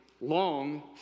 long